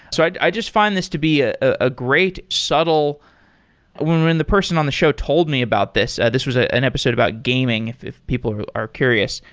so, i just find this to be a ah great subtle when when the person on the show told me about this, this was ah an episode about gaming, if if people are curious.